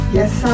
Yes